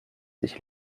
sich